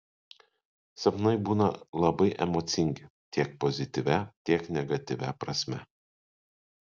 sapnai būna labai emocingi tiek pozityvia tiek negatyvia prasme